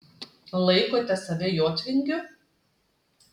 laikote save jotvingiu